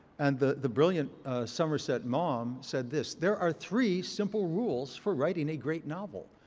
and the the brilliant somerset maugham said this. there are three simple rules for writing a great novel.